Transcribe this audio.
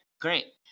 great